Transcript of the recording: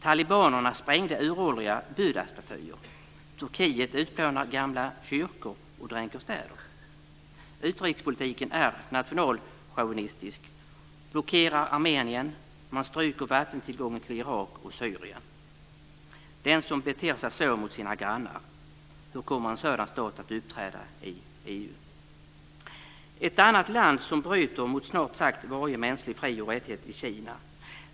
Talibanerna sprängde uråldriga Buddhastatyer. Turkiet utplånar gamla kyrkor och dränker städer. Utrikespolitiken är nationalchauvinistisk. Man blockerar Armenien och stryper vattentillgången till Irak och Syrien. Hur kommer en sådan stat att uppträda i EU som beter sig så mot sina grannar? Ett annat land som bryter mot snart sagt varje mänsklig fri och rättighet är Kina.